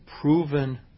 proven